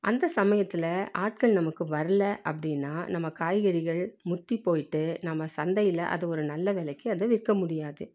அந்த சமயத்தில் ஆட்கள் நமக்கு வரலை அப்படினா நம்ம காய்கறிகள் முற்றி போய்ட்டு நம்ம சந்தையில் அதை ஒரு நல்ல விலைக்கு அது விற்க முடியாது